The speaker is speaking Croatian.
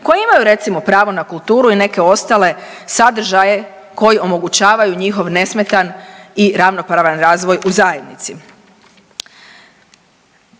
koji imaju recimo pravo na kulturu i neke ostale sadržaje koji omogućavaju njihov nesmetan i ravnopravan razvoj u zajednici.